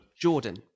Jordan